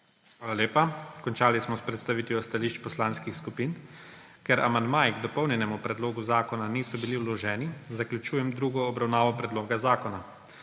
Hvala lepa. Končali smo s predstavitvijo stališč poslanskih skupin. Ker amandmaji k dopolnjenemu predlogu zakona niso bili vloženi, zaključujem drugo obravnavo predloga zakona.